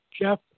Jeff